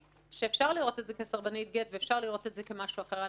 כשאפשר לראות אותה כסרבנית גט ואפשר לראות אותה כמשהו אחר.